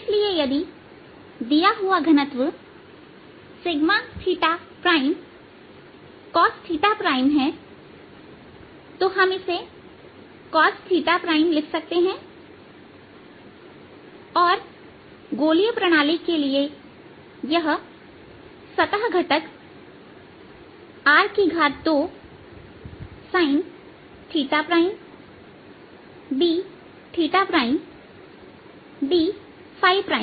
इसलिए यदि दिया हुआ घनत्व cosहै तो हम इसे cos लिख सकते हैं और गोलीय प्रणाली के लिए यह सतह घटक R2sinddहै